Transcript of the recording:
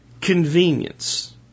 Convenience